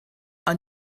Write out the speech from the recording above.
are